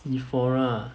Sephora ah